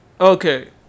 Okay